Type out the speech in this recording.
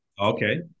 okay